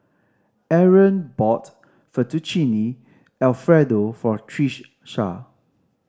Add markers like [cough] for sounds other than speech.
Arron bought Fettuccine Alfredo for [unintelligible]